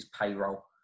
payroll